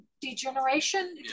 Degeneration